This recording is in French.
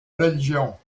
religions